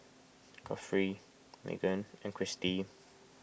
Godfrey Maegan and Kristy